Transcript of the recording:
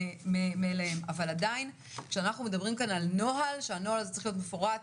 אבל עדיין כשאנחנו מדברים כאן על נוהל שצריך להיות מפורט,